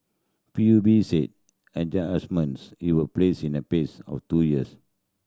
P U B said adjustments it will take place in the phase over two years